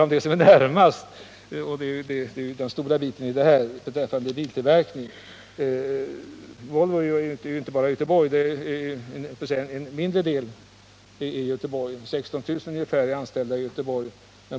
Jag ber om ursäkt för att jag bara talar om Volvo, eftersom resonemanget också gäller Saab, men det är klart att man helst talar om det som ligger en närmast om hjärtat.